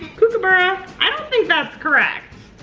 kookaburra, i don't think that's correct.